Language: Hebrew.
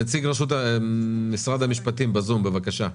נציג משרד המשפטים בזום, בבקשה.